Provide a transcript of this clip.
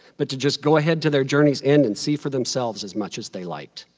but to just go ahead to their journey's end and see for themselves as much as they liked.